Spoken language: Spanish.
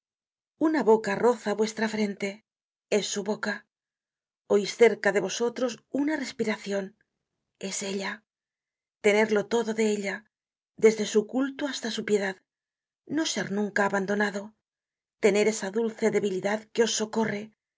una boca roza vuestra frente es su boca oís cerca de vosotros una respiracion es ella tenerlo todo de ella desde su culto hasta su piedad no ser nunca abandonado tener esa dulce debilidad que os socorre